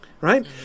Right